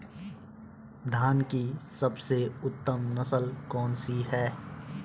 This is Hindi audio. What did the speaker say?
धान की सबसे उत्तम नस्ल कौन सी है?